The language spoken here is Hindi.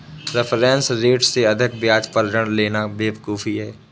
रेफरेंस रेट से अधिक ब्याज पर ऋण लेना बेवकूफी है